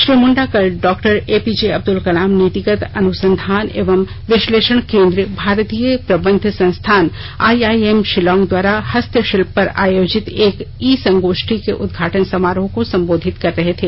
श्री मुंडा कल doctor APJ Abdul Kalam नीतिगत अनुसंधान एवं विश्लेषण केंद्र भारतीय प्रबंध संस्थान आईआईएम शिलांग द्वारा हस्तशिल्प पर आयोजित एक ई संगोष्ठी के उदघाटन समारोह को संबोधित कर रहे थे